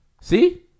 See